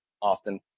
often